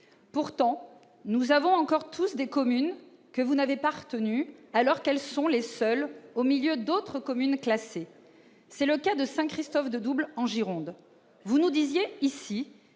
Pourtant, nous connaissons encore tous des communes que vous n'avez pas retenues alors qu'elles sont les seules au milieu d'autres communes classées. C'est le cas de Saint-Christophe-de-Double en Gironde. Vous indiquiez ici